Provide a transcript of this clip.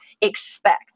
expect